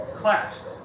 clashed